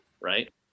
right